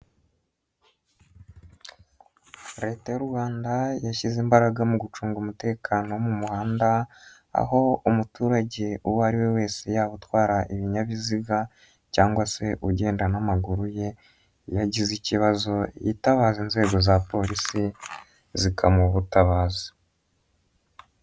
Leta y'u Rwanda yashyize imbaraga mu gucunga umutekano wo mu muhanda, aho umuturage uwo ari we wese, yaba utwara ibinyabiziga cyangwa se ugenda n'amaguru ye, iyo agize ikibazo, yitabaza inzego za polisi zikamuha ubutabazi.